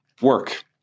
work